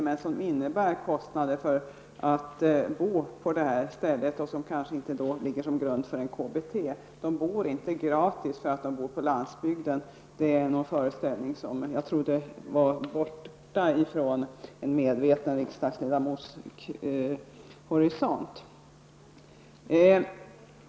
Det innebär kostnader för att bo kvar på det här stället som kanske inte ligger som grund för ett KBT. De bor inte gratis för att de bor på landsbygden. Det är en föreställning som jag trodde var borta från en medveten riksdagsledamots horisont.